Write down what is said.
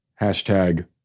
Hashtag